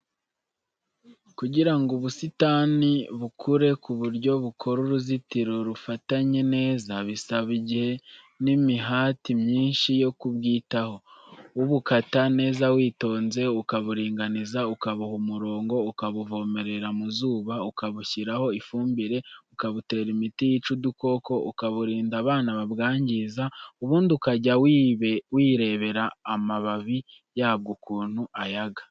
Kugira ngo ubusitani bukure ku buryo bukora uruzitiro rufatanye neza, bisaba igihe n'imihati myinshi yo kubwitaho, ubukata neza witonze ukaburinganiza, ukabuha umurongo, ukabuvomerera mu zuba, ukabushyiraho ifumbire, ukabutera imiti yica udukoko, ukaburinda abana babwangiza, ubundi ukajya wirebera amababi yabwo ukuntu ayaga.